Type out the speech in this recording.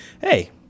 hey